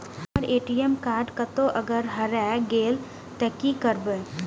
हमर ATM card कतहो अगर हेराय गले ते की करबे?